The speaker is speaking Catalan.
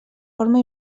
forma